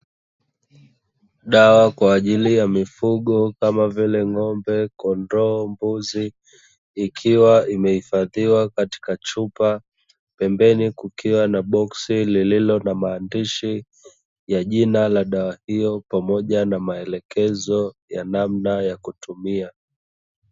Dawa kwa ajili ya mifugo kama vile ng'ombe kondoo mbuzi, ikiwa imehifadhiwa katika chupa pembeni kukiwa na boksi lililo na maandishi ya jina la dawa hiyo pamoja na maelekezo ya namna ya kutumia.